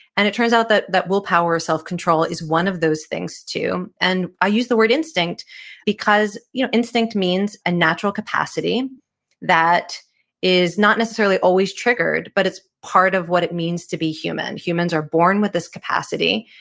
and it turns out that that willpower, self-control is one of those things, too. and i use the word instinct because you know instinct means a natural capacity that is not necessarily always triggered but it's part of what it means to be human. humans are born with this capacity.